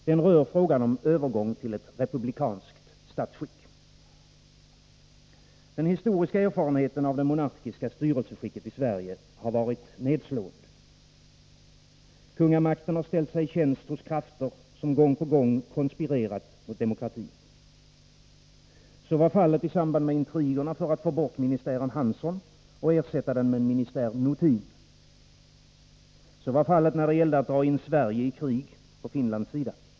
Den rör frågan om övergång till ett republikanskt statsskick. Den historiska erfarenheten av det monarkiska styrelseskicket i Sverige har varit nedslående. Kungamakten har ställt sig i tjänst hos krafter, som gång på gång har konspirerat mot demokratin. Så var fallet i samband med intrigerna för att få bort ministären Hansson och ersätta den med en ministär Nothin. Så var fallet då det gällde att dra in Sverige i krig på Finlands sida.